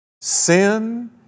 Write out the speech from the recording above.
sin